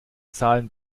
zahlen